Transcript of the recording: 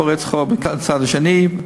פורץ חור מהצד השני,